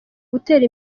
gutera